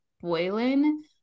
Boylan